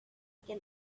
can